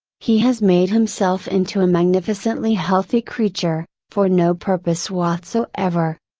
he has made himself into a magnificently healthy creature, for no purpose whatsoever.